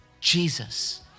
Jesus